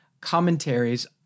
commentaries